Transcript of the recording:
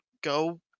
Go